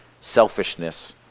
selfishness